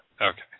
Okay